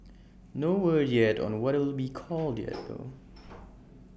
no word yet on what it'll be called yet though